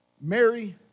Mary